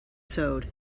sewed